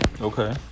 Okay